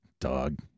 Dog